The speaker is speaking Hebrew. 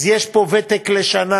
אז יש פה ותק לשנה,